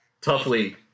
Toughly